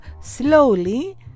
slowly